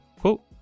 quote